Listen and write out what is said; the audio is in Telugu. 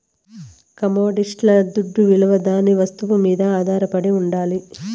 కమొడిటీస్ల దుడ్డవిలువ దాని వస్తువు మీద ఆధారపడి ఉండాలి